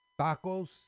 Tacos